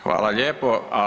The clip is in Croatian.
Hvala lijepo.